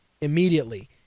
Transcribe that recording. immediately